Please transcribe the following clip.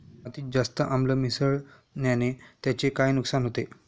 मातीत जास्त आम्ल मिसळण्याने त्याचे काय नुकसान होते?